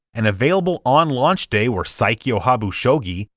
and available on launch day were saikyo habu shogi,